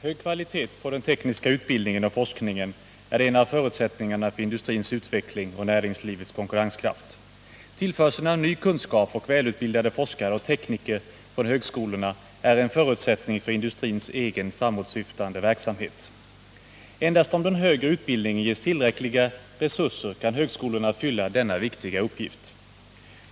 Hög kvalitet på den tekniska utbildningen och forskningen är en av förutsättningarna för industrins utveckling och näringslivets konkurrenskraft. Tillförseln av ny kunskap och välutbildade forskare och tekniker från högskolorna är en förutsättning för industrins egen framåtsyftande verksamhet. Endast om den högre utbildningen ges tillräckliga resurser kan högskolorna fylla denna viktiga uppgift.